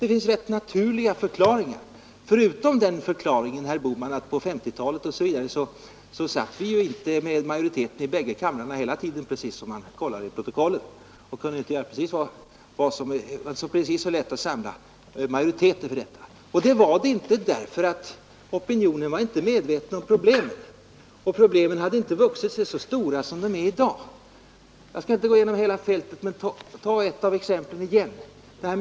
Det finns rätt naturliga förklaringar till att ersättningsreglerna blev som de blev — förutom den förklaringen, herr Bohman, att vi på 1950 och 1960-talen inte satt med majoritet i bägge kamrarna hela tiden. Det var inte lätt att göra något annat därför att opinionen inte var medveten om problemen och därför att problemen inte hade vuxit sig så stora som de är i dag. Jag skall inte gå igenom hela fältet men tar ett av exemplen, gruset, igen.